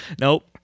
Nope